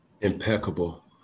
Impeccable